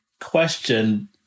question